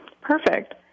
Perfect